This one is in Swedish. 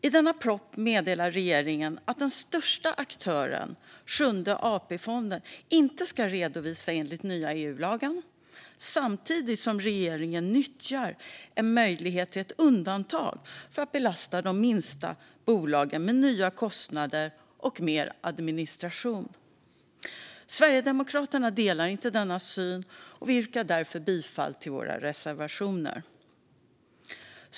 I denna proposition meddelar regeringen att den största aktören, Sjunde AP-fonden, inte ska redovisa enligt den nya EU-lagen, samtidigt som regeringen nyttjar en möjlighet till ett undantag för att belasta de minsta bolagen med nya kostnader och mer administration. Sverigedemokraterna delar inte denna syn, och vi yrkar därför bifall till våra reservationer.